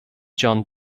john